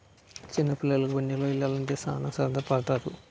చిన్న పిల్లోలికి బండిలో యల్లాలంటే సాన సరదా పడతారు